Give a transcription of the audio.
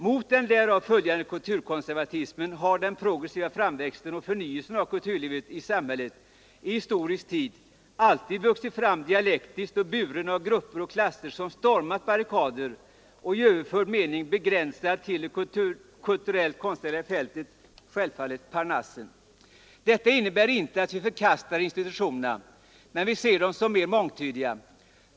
Mot den därav följande kulturkonservatismen har den progressiva framväxten och förnyelsen av kulturlivet i samhället i historisk tid alltid vuxit fram dialektiskt och buren av grupper och klasser som stormat barrikader, i överförd mening begränsad till det kulturellt-konstnärliga fältet, parnassen. Detta innebär inte att vi förkastar institutionerna, men vi ser dem som mer mångtydiga.